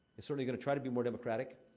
is certainly gonna try to be more democratic.